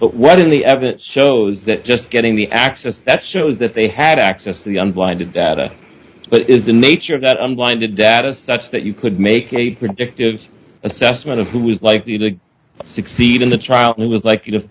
but what in the evidence shows that just getting the access that shows that they had access to the unblinded data but is the nature of that unblinded data such that you could make a predictive assessment of who was likely to succeed in the trial and it was like you